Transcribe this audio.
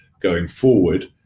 going forward,